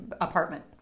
apartment